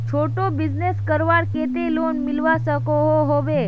छोटो बिजनेस करवार केते लोन मिलवा सकोहो होबे?